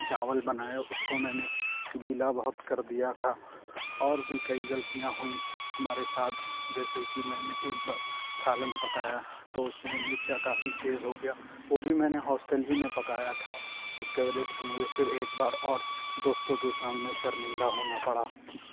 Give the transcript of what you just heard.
چاول بنایا اُس کو میں نے گیلا بہت کر دیا تھا اور بھی کئی غلطیاں ہوئیں ہمارے ساتھ جیسے کہ میں نے ایک بار سالن پکایا تو اُس میں مرچی کافی تیز ہو گیا وہ بھی میں نے ہاسٹل ہی میں پکایا تھا اُس کے وجہ سے مجھے پھر ایک بار اور دوستوں کے سامنے شرمندہ ہونا پڑا